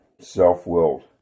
self-willed